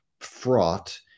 fraught